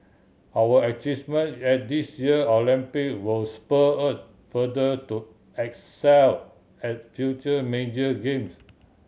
our at this year Olympic will spur us further to excel at future major games